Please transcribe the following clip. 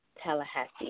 Tallahassee